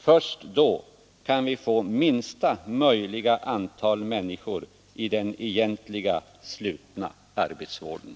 Först då kan vi få minsta möjliga antal människor i den egentliga, slutna arbetsvården.